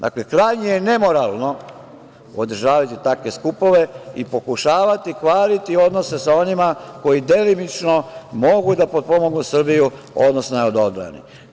Dakle, krajnje je nemoralno održavati takve skupove i pokušavati kvariti odnose sa onima koji delimično mogu da potpomognu Srbiju, odnosno da je odbrane.